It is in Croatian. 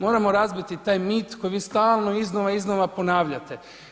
Moramo razbiti taj mit kojeg vi stalno iznova, iznova ponavljate.